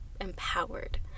empowered